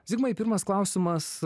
zigmai pirmas klausimas